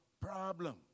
problem